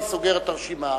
אני סוגר את הרשימה.